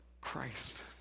Christ